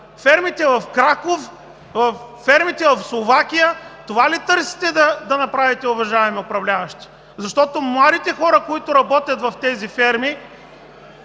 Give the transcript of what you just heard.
фермите в Краков, фермите в Словакия?! Това ли търсите да направите, уважаеми управляващи? Защото младите хора, които работят в тези ферми,